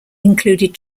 included